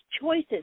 choices